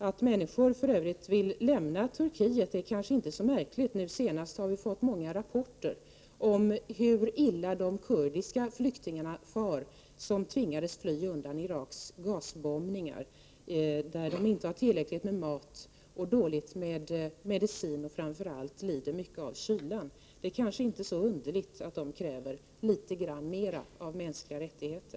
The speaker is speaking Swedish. Att människor för övrigt vill lämna Turkiet kanske inte är så märkligt med tanke på de många rapporter som vi fått under senare tid om hur illa de kurdiska flyktingarna far som tvingades fly undan Iraks gasbombningar. De har inte tillräckligt med mat, har dåligt med medicin och lider framför allt mycket av kylan. Det är kanske inte så underligt att de kräver litet mera av mänskliga rättigheter.